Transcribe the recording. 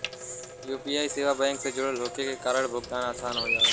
UPI सेवा bank से जुड़ल होये के कारण भुगतान आसान हो जाला